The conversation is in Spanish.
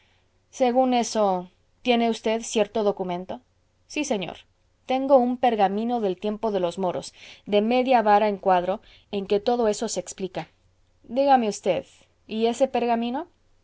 según eso tiene usted cierto documento sí señor tengo un pergamino del tiempo de los moros de media vara en cuadro en que todo eso se explica dígame usted y ese pergamino